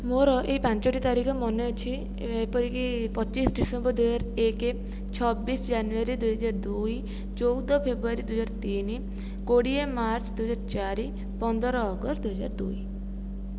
ମୋର ଏଇ ପାଞ୍ଚଟି ତାରିଖ ମନେ ଅଛି ଏପରିକି ପଚିଶ ଡିସେମ୍ବର ଦୁଇହଜାରଏକ ଛବିଶ ଜାନୁୟାରୀ ଦୁଇହଜାରଦୁଇ ଚଉଦ ଫେବୃୟାରୀ ଦୁଇହଜାରତିନି କୋଡ଼ିଏ ମାର୍ଚ୍ଚ ଦୁଇହଜାରଚାରି ପନ୍ଦର ଅଗଷ୍ଟ ଦୁଇହଜାରଦୁଇ